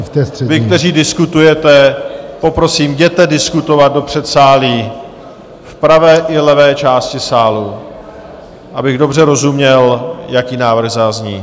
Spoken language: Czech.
Vy, kteří diskutujete, poprosím, jděte diskutovat do předsálí, v pravé i levé části sálu, abych dobře rozuměl, jaký návrh zazní.